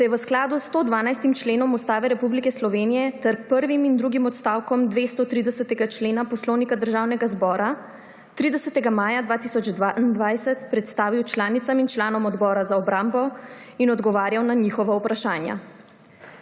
se je v skladu s 112. členom Ustave Republike Slovenije ter prvim in drugim odstavkom 230. člena Poslovnika Državnega zbora 30. maja 2022 predstavil članicam in članom Odbora za obrambo ter odgovarjal na njihova vprašanja.